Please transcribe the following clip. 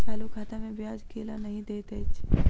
चालू खाता मे ब्याज केल नहि दैत अछि